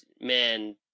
man